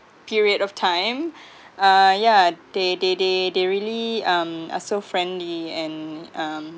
period of time uh yeah they they they they really um are so friendly and um